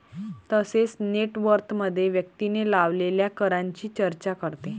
तसेच नेट वर्थमध्ये व्यक्तीने लावलेल्या करांची चर्चा करते